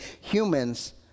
humans